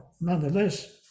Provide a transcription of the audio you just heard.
nonetheless